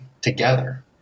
together